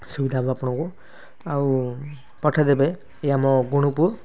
ସୁବିଧା ହବ ଆପଣଙ୍କୁ ଆଉ ପଠେଇ ଦେବେ ଏ ଆମ ଗୁଣୁପୁର